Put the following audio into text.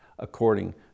according